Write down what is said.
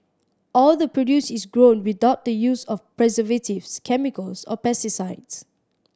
all the produce is grown without the use of preservatives chemicals or pesticides